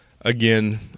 again